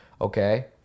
Okay